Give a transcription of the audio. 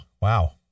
Wow